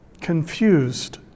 confused